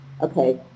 Okay